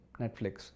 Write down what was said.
Netflix